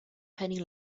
penny